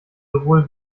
sowohl